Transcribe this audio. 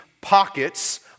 Pockets